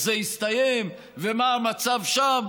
ואיך זה הסתיים ומה המצב שם,